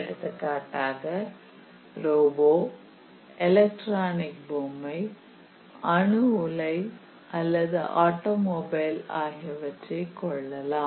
எடுத்துக்காட்டாக robo electronic பொம்மை அணு உலை அல்லது ஆட்டோமொபைல் ஆகியவற்றை கொள்ளலாம்